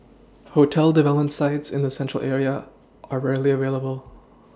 hotel development sites in the central area are rarely available